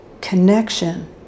connection